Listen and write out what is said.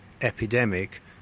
epidemic